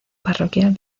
parroquial